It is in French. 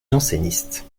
jansénistes